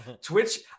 Twitch